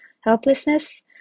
helplessness